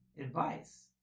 advice